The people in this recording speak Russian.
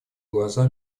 глаза